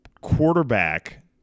quarterback